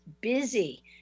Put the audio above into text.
busy